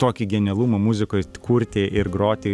tokį genialumą muzikoj kurti ir groti